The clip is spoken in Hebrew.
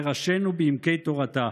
וראשינו בעמקי תורתה".